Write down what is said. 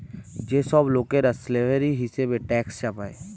যে সব লোকরা স্ল্যাভেরি হিসেবে ট্যাক্স চাপায়